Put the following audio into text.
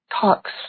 talks